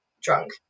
drunk